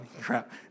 Crap